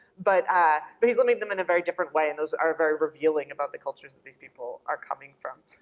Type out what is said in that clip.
but ah but he's limiting them in a very different way and those are very revealing about the cultures that these people are coming from.